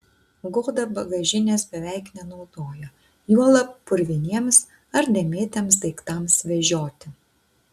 goda bagažinės beveik nenaudojo juolab purviniems ar dėmėtiems daiktams vežioti